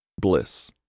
Bliss